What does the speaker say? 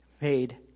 made